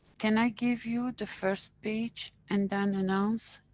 can i give you the first page and then announce,